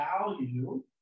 value